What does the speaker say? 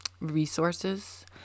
resources